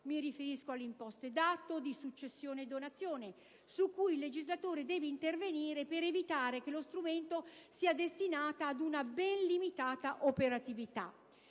(mi riferisco alle imposte d'atto e di successione e donazione), su cui il legislatore deve intervenire per evitare che lo strumento sia destinato ad una ben limitata operatività.